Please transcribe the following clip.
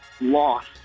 Lost